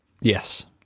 Yes